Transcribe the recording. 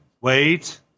wait